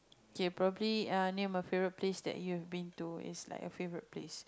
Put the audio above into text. K probably err name a favourite place that you've been to is like a favourite place